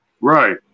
right